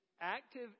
active